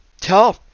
tell